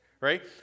right